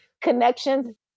connections